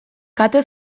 kate